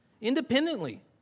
independently